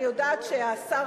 אני יודעת שהשר כחלון,